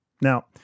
Now